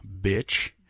bitch